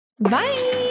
bye